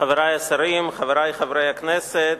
תודה רבה, חברי השרים, חברי חברי הכנסת,